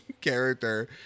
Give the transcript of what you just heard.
character